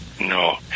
No